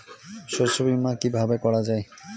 শস্য বীমা কিভাবে করা যায়?